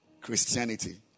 Christianity